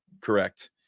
Correct